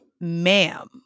ma'am